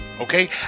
okay